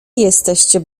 jesteście